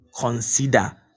consider